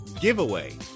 giveaway